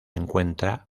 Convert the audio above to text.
encuentra